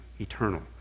eternal